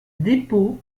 dépôt